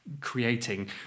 creating